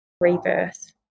rebirth